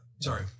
Sorry